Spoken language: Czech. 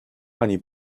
ani